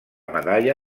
medalla